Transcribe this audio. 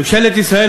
ממשלת ישראל,